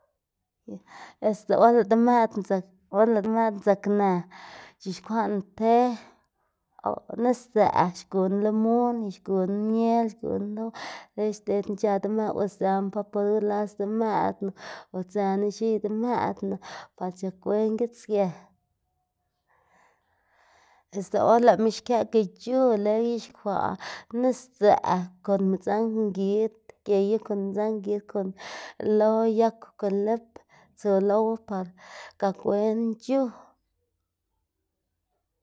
Este or lëꞌ demëꞌdná dzak or lëꞌ demëꞌdná dzaknë c̲h̲ixkwaꞌná te, o nis dzëꞌ xguná limun y xguna miel xguná lox xdedná c̲h̲a demëꞌdná o sdzëná paporu las demëꞌdná o dzëná x̱iy demëꞌdnána par c̲h̲ak wen gitsgë este or lëꞌma xkëꞌka chu leꞌy ix̱uxkwaꞌ nis dzëꞌ kon midzangngid geyu kon midzangngid kon lo yag kolit tsu lowa par gak wen chu.